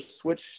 switch